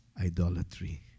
idolatry